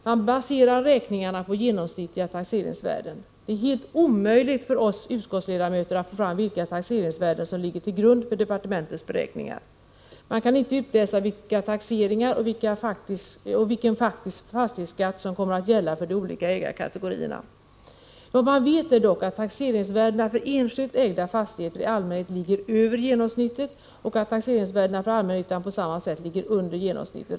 Räkningarna baseras på genomsnittliga taxeringsvärden, men det är helt omöjligt för oss utskottsledamöter att få fram vilka taxeringsvärden som ligger till grund för departementets beräkningar. Man kan inte utläsa vilka taxeringar och vilken faktisk fastighetsskatt som kommer att gälla för de olika ägarkategorierna. Vad man vet är dock att taxeringsvärdena för enskilt ägda fastigheter i allmänhet ligger över genomsnittet och att taxeringsvärdena för allmännyttan på samma sätt ligger under genomsnittet.